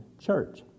church